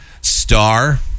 star